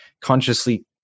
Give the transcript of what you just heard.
consciously